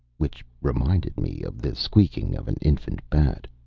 which reminded me of the squeaking of an infant bat.